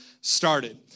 started